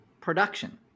production